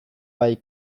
bai